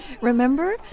Remember